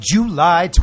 July